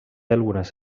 algunes